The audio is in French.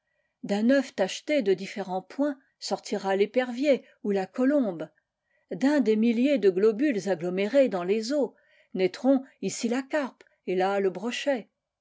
d'un œuf tacheté de différents points sortira l'épervier ou la colombe d'un des milliers de globules agglomérés dans les eaux naîtront ici la carpe et là le brochet